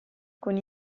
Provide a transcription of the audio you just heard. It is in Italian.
con